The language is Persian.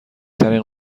ترین